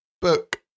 book